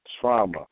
trauma